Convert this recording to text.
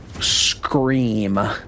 scream